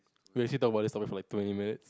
we actually talk about this topic for like twenty minutes